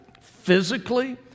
physically